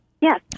Yes